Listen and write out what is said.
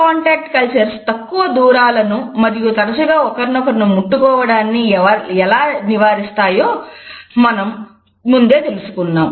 contact cultures తక్కువ దూరాలను మరియు తరచుగా ఒకరినొకరు ముట్టుకోవడాన్ని ఎలా నివారిస్తాయో మనం ముందే తెలుసుకున్నాం